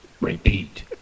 Repeat